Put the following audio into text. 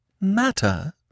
Matter